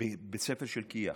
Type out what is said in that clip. בבית ספר של כי"ח,